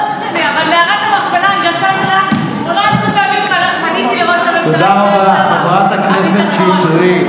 מערת המכפלה, תודה רבה, חברת הכנסת שטרית.